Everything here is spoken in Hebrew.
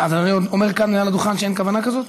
אדוני אומר כאן מעל לדוכן שאין כוונה כזאת?